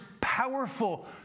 powerful